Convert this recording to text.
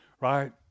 right